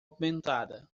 movimentada